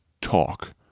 talk